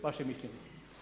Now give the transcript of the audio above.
Vaše mišljenje.